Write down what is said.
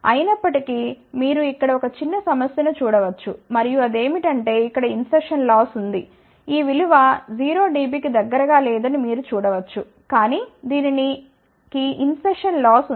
అయినప్పటి కీ మీరు ఇక్కడ ఒక చిన్న సమస్య ను చూడ వచ్చు మరియు అది ఏమిటంటే అక్కడ ఇన్సర్షన్ లాస్ ఉంది ఈ విలువ 0 dB కి దగ్గరగా లేదని మీరు చూడ వచ్చు కానీ దీనికి ఇన్సెర్షన్ లాస్ ఉంది